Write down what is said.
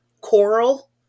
coral